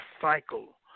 cycle